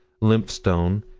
lymphstone,